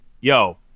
yo